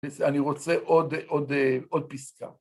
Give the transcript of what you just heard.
אני רוצה עוד פסקה.